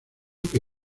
que